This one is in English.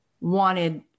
wanted